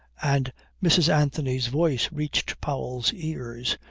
and mrs. anthony's voice reached powell's ears,